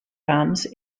farms